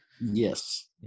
Yes